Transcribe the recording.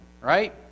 right